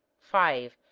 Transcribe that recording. five.